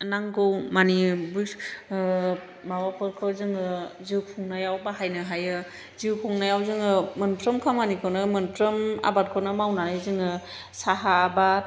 नांगौ मानि माबाफोरखौ जोङो जिउ खुंनायाव बाहायनो हायो जिउ खुंनायाव जोङो मोनफ्रोम खामानिखौनो मोनफ्रोम आबादखौनो मावनानै जोङो साहा आबाद